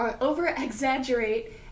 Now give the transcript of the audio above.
over-exaggerate